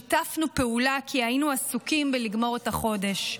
שיתפנו פעולה כי היינו עסוקים בלגמור את החודש.